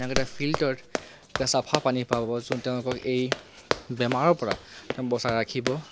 তেওঁলোকে এটা ফিল্টাৰত চাফা পানী পাব যোন তেওঁলোকক এই বেমাৰৰ পৰা তেওঁক বচাই ৰাখিব